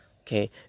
okay